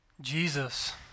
Jesus